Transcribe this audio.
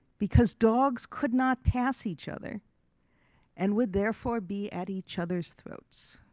because dogs could not pass each other and would therefore be at each other's throats.